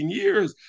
years